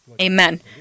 Amen